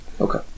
Okay